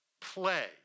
play